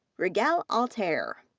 rigel altair,